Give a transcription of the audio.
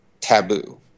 taboo